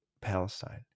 Palestine